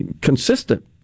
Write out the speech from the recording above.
consistent